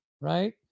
right